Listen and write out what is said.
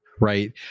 right